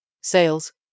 Sales